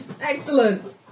Excellent